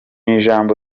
ijambo